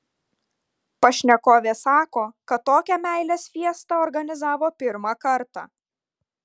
pašnekovė sako kad tokią meilės fiestą organizavo pirmą kartą